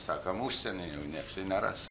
sakom užsieny jau nieks ir neras